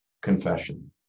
confession